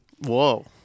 Whoa